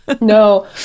No